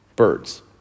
Birds